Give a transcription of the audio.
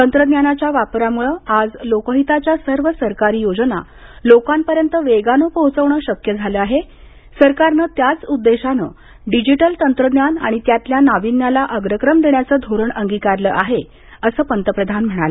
तंत्रज्ञानाच्या वापरामुळं आज लोकहिताच्या सर्व सरकारी योजना लोकांपर्यंत वेगानं पोहोचवणं शक्य झालं आहे सरकारनं त्याच उद्देशानं डिजिटल तंत्रज्ञान आणि त्यातल्या नाविन्याला अग्रक्रम देण्याचं धोरण अंगिकारलं आहे असं पंतप्रधान म्हणाले